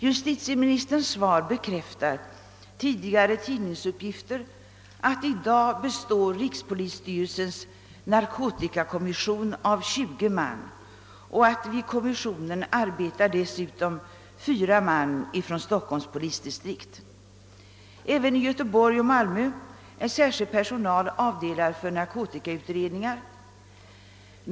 Justitieministerns svar bekräftar tidigare tidningsuppgifter att rikspolisstyrelsens narkotikakommission i dag består av 20 man och att i kommissionen dessutom arbetar fyra man från Stockholms polisdistrikt. även i Göteborg och Malmö är särskild personal avdelad för narkotikautredningar.